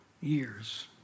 years